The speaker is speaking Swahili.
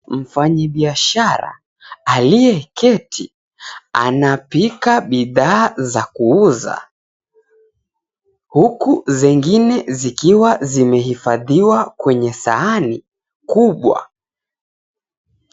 Mfanyibiashara aliyeketi anapika bidhaa za kuuza huku zingine zikiwa zimehifadhiwa kwenye sahani kubwa.